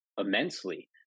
immensely